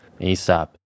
ASAP